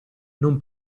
non